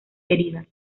heridas